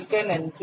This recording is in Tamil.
மிக்க நன்றி